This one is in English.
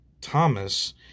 Thomas